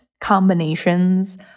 combinations